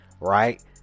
right